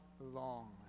long